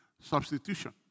substitution